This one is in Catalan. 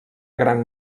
gran